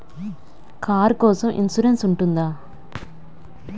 Car కోసం insurance ఉంటుందా?